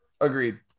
agreed